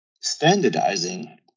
standardizing